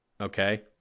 okay